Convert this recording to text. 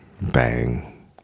bang